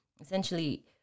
essentially